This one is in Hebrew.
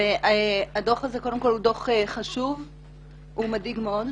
הדוח הזה הוא דוח חשוב והוא מדאיג מאוד.